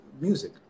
music